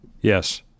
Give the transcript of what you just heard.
Yes